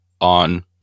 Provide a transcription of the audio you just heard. on